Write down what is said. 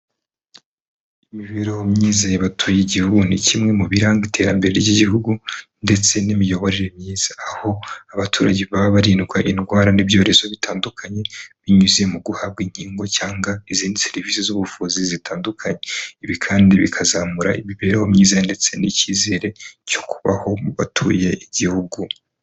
Imibereho myiza y'abatuye igihugu ni kimwe mu biranga iterambere ry'igihugu ndetse n'imiyoborere myiza, aho abaturage baba barindwa indwara n'ibyorezo bitandukanye binyuze mu guhabwa inkingo cyangwa izindi serivisi z'ubuvuzi zitandukanye, ibi kandi bikazamura imibereho myiza ndetse n'icyizere cyo kubaho mu batuye igihugu.